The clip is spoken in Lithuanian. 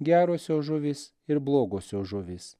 gerosios žuvys ir blogosios žuvys